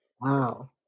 wow